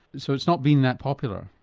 so it's not been that popular?